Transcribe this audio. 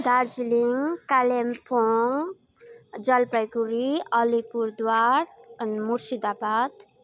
दार्जिलिङ कालिम्पोङ जलपाइगुडी अलिपुरद्वार अनि मुर्शिदाबाद